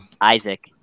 Isaac